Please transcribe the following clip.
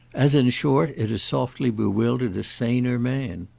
as in short it has softly bewildered a saner man.